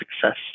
success